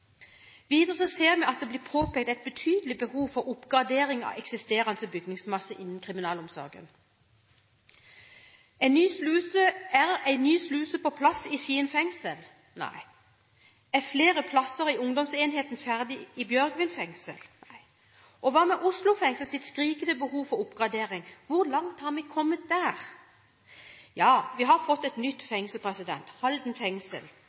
Videre ser vi at det blir påpekt et betydelig behov for oppgradering av eksisterende bygningsmasse innenfor kriminalomsorgen. Er en ny sluse på plass i Skien fengsel? Nei. Er flere plasser i ungdomsenheten i Bjørgvin fengsel ferdig? Nei. Hva med Oslo fengsels skrikende behov for oppgradering – hvor langt har vi kommet der? Vi har fått et nytt fengsel, Halden fengsel.